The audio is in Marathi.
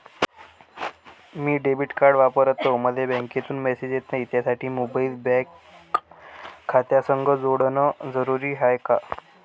मी डेबिट कार्ड वापरतो मले बँकेतून मॅसेज येत नाही, त्यासाठी मोबाईल बँक खात्यासंग जोडनं जरुरी हाय का?